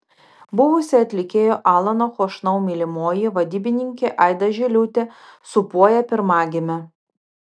buvusi atlikėjo alano chošnau mylimoji vadybininkė aida žiliūtė sūpuoja pirmagimę